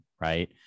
right